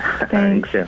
Thanks